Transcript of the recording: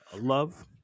love